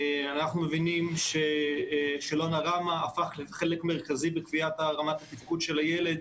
אנחנו מבינים ששאלון הראמ"ה הפך לחלק מרכזי בקביעת רמת התפקוד של הילד,